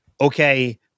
Okay